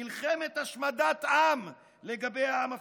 מלחמת השמדת עם לגבי העם הפלסטיני,